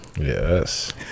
Yes